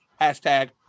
Hashtag